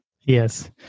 Yes